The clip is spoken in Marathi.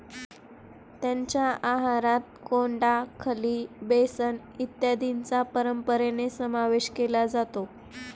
त्यांच्या आहारात कोंडा, खली, बेसन इत्यादींचा परंपरेने समावेश केला जातो